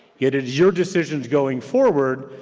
it is your decisions going forward,